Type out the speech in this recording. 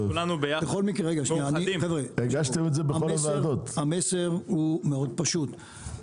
המסר הוא מאוד פשוט.